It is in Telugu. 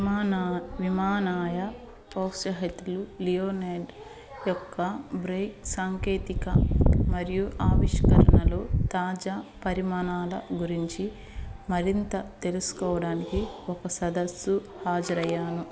విమానా విమానాయ ఔత్సాహికులు లియోనేర్డ యొక్క బ్రేక్ సాంకేతిక మరియు ఆవిష్కరణలలో తాజా పరిమాణాల గురించి మరింత తెలుసుకోవడానికి ఒక సదస్సు హాజరయ్యాను